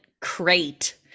crate